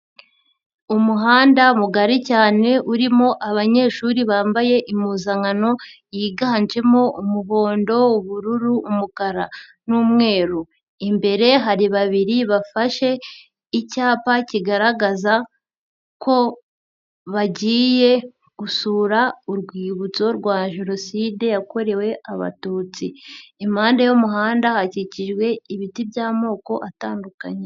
Umuhanda mugari cyane urimo abanyeshuri bambaye impuzankano yiganjemo umuhondo, ubururu, umukara n'umweru, imbere hari babiri bafashe icyapa kigaragaza ko bagiye gusura urwibutso rwa jenoside yakorewe Abatutsi, impande y'umuhanda hakikijwe ibiti by'amoko atandukanye.